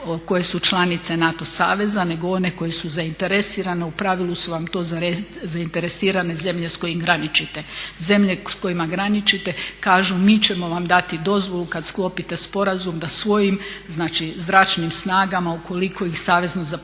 koje su članice NATO saveza nego one koje su zainteresirane. U pravilu su vam to zainteresirane zemlje s kojim graničite. Zemlje s kojima graničite kažu mi ćemo vam dati dozvolu kada sklopite sporazum da svojim zračnim snagama ukoliko ih savezno zapovjedništvo